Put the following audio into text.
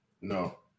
No